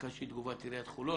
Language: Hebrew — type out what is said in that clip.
ביקשתי את תגובת עיריית חולון.